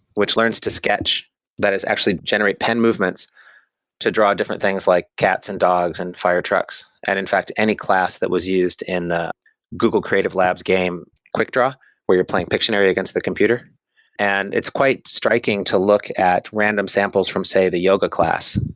which learns to sketch that is actually generate pen movements to draw different things like cats and dogs and fire trucks, and in fact any class that was used in the google creative labs game quick-draw where you're playing pictionary against the computer and it's quite striking to look at random samples from say, the yoga class.